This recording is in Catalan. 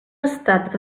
estat